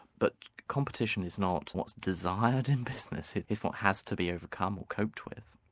but competition is not what's desired in business, it is what has to be overcome or coped with.